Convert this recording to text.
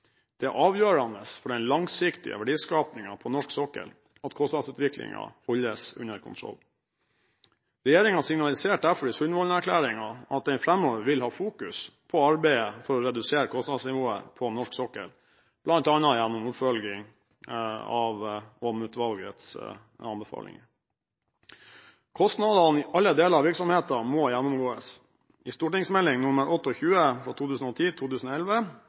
Det er avgjørende for den langsiktige verdiskapingen på norsk sokkel at kostnadsutviklingen holdes under kontroll. Regjeringen signaliserte derfor i Sundvolden-erklæringen at den framover vil ha fokus på arbeidet for å redusere kostnadsnivået på norsk sokkel, bl.a. gjennom oppfølging av Åm-utvalgets anbefalinger. Kostnadene i alle deler av virksomheten må gjennomgås. I